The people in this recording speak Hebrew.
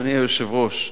אדוני היושב-ראש,